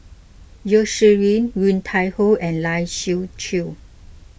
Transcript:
Yeo Shih Yun Woon Tai Ho and Lai Siu Chiu